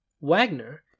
Wagner